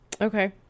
Okay